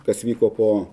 kas vyko po